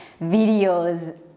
videos